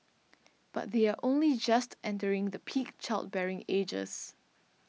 but they are only just entering the peak childbearing ages